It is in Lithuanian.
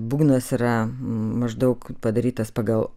būgnas yra maždaug padarytas pagal